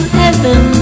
heaven